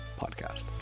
podcast